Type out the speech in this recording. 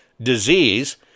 disease